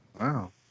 Wow